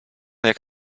jak